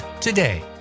today